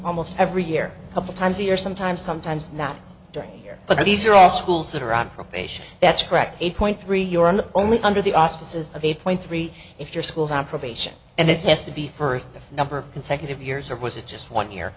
almost every year couple times a year sometimes sometimes not during year but these are all schools that are on probation that's correct eight point three your and only under the auspices of eight point three if your school's on probation and it has to be first a number of consecutive years or was it just one year